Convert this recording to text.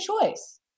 choice